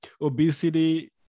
Obesity